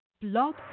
Blog